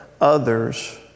others